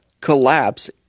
collapse